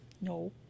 No